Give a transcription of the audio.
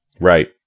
Right